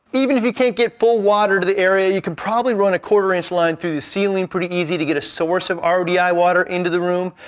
even if you can't get full water to the area you can probably run a quarter inch line through the ceiling pretty easy to get a source of ah rodi water into the room.